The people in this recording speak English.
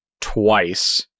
twice